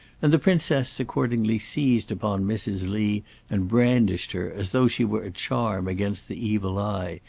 and the princess accordingly seized upon mrs. lee and brandished her, as though she were a charm against the evil eye,